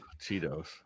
Cheetos